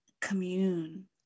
commune